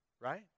Right